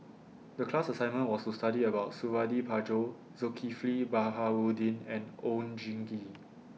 The class assignment was to study about Suradi Parjo Zulkifli Baharudin and Oon Jin Gee